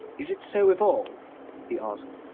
is it so with all he asked,